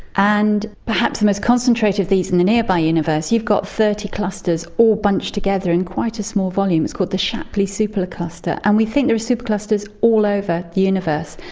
and perhaps the most concentrated of these in the nearby universe, you've got thirty clusters all bunched together in quite a small volume, it's called the shapley supercluster, and we think there are superclusters all over the universe.